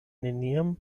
neniam